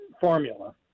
formula